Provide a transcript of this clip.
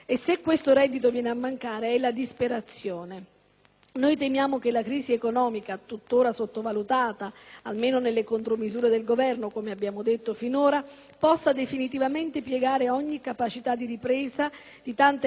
Temiamo che la crisi economica, tuttora sottovalutata, almeno nelle contromisure del Governo, come abbiamo detto finora, possa definitivamente piegare ogni capacità di ripresa di tante aree del Sud e in particolare delle zone produttive.